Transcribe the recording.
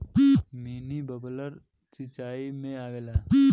mini bubbler सिचाई में आवेला